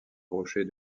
rocher